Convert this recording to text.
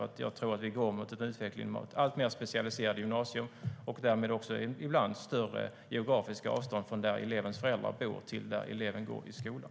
Jag tror att utvecklingen går mot alltmer specialiserade gymnasier och därmed ibland större geografiska avstånd från där elevens föräldrar bor till där eleven går i skolan.